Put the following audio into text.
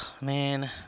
man